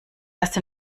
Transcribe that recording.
erst